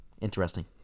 interesting